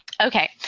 Okay